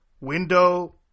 window